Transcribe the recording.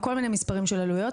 היו כל מיני מספרים של עלויות.